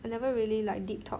I never really like deep talk